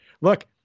look